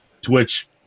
Twitch